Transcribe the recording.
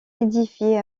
édifiée